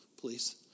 please